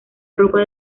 ropa